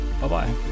Bye-bye